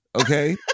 Okay